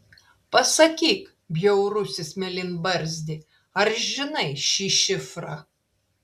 pasakyk bjaurusis mėlynbarzdi ar žinai šį šifrą